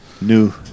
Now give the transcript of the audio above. new